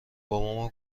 بابامو